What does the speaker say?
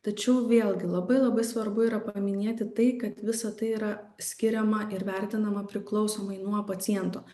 tačiau vėlgi labai labai svarbu yra paminėti tai kad visa tai yra skiriama ir vertinama priklausomai nuo paciento